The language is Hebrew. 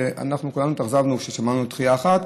וכולנו התאכזבנו כששמענו על דחייה אחת,